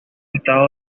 estado